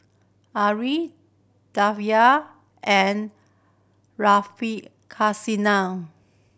Alluri and Radhakrishnan